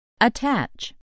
Attach